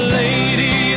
lady